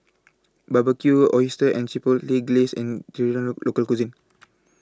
Barbecued Oysters and Chipotle Glaze An Traditional Local Cuisine